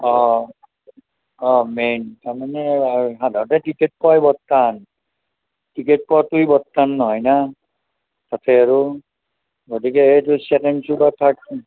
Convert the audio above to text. অঁ অঁ অঁ মেইন তাৰমানে সাধাৰণতে টিকেট পোৱাই বৰ টান টিকেট পোৱাটোৱে বৰ টান নহয় না তাতে আৰু গতিকে সেইটো চেকেণ্ড শ্ৱ' বা থাৰ্ড